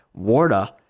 Warda